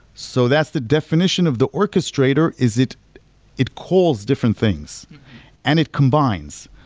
so that's the definition of the orchestrator is it it calls different things and it combines.